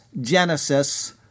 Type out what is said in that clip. Genesis